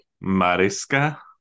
mariska